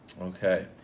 Okay